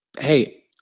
hey